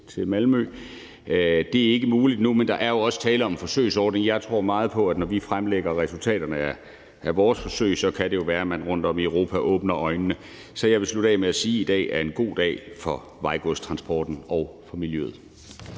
Det er ikke muligt nu, men der er jo også tale om en forsøgsordning, og jeg tror jo meget på, at det, når vi fremlægger resultaterne af vores forsøg, så kan være, at man rundtom i Europa åbner øjnene for det. Så jeg vil slutte af med at sige, at i dag er en god dag for vejgodstransporten og for miljøet.